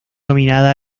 nominada